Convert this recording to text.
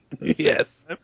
Yes